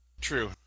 True